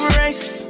race